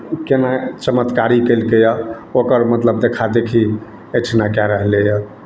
केना चमत्कारी केलकैए ओकर मतलब देखादेखी एहिठिना कए रहलैए